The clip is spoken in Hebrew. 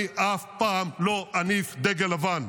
אני אף פעם לא אניף דגל לבן,